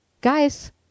Guys